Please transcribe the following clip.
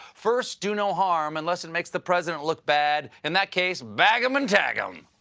first do no harm, unless it makes the president look bad. in that case, bag em and tag em.